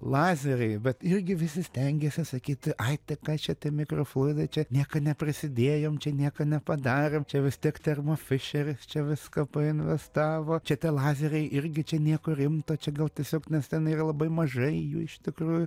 lazeriai bet irgi visi stengiasi sakyti ai tai ką čia tie mikrofluidai čia nieka neprisidėjom čia nieka nepadarėm čia vis tiek termofišeris čia viską painvestavo čia tie lazeriai irgi čia nieko rimto čia gal tiesiog nes ten yra labai mažai jų iš tikrųjų